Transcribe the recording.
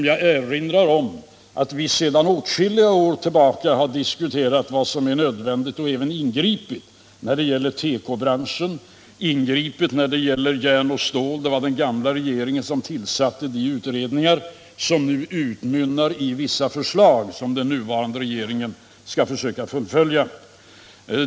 Jag erinrar om att vi sedan åtskilliga år har diskuterat vad som är nödvändigt att göra och även ingripit när det gäller tekobranschen eller järn och stål. Det var den gamla regeringen som tillsatte de utredningar som nu utmynnar i vissa förslag, som den nuvarande regeringen skall försöka fullfölja.